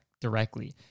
directly